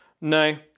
No